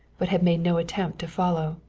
but had made no attempt to follow.